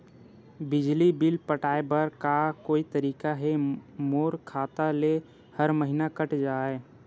बिजली बिल पटाय बर का कोई तरीका हे मोर खाता ले हर महीना कट जाय?